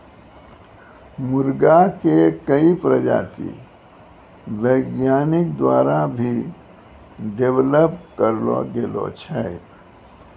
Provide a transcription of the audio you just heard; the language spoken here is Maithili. मुर्गा के कई प्रजाति वैज्ञानिक द्वारा भी डेवलप करलो गेलो छै